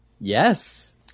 Yes